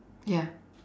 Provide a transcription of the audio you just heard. ya